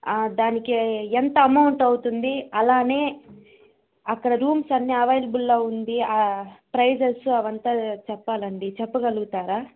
దానికి ఎంత అమౌంట్ అవుతుంది అలానే అక్కడ రూమ్స్ అన్నీ అవైలబుల్లా ఉంది ఆ ప్రైసెస్సూ అవంతా చెప్పాలండీ చెప్పగలుగుతారా